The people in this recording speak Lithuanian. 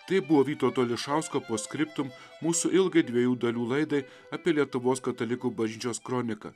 tai buvo vytauto ališausko skriptum mūsų ilgai dviejų dalių laidai apie lietuvos katalikų bažnyčios kroniką